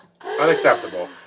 unacceptable